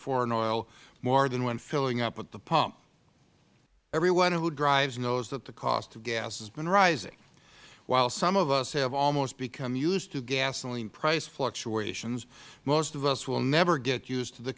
foreign oil more than when filling up at the pump everyone who drives knows that the cost of gas has been rising while some of us have almost become use to gasoline price fluctuations most of us will never get used to the